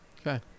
okay